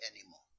anymore